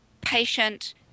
patient